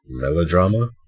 Melodrama